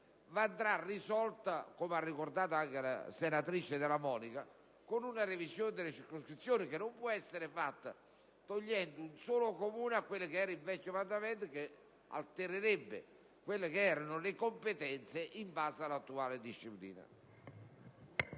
risolta, come ricordato dalla senatrice Della Monica, con una revisione delle circoscrizioni che non può essere operata togliendo un solo Comune a quello che era il vecchio mandamento, ciò che altererebbe quelle che sono le competenze in base all'attuale disciplina.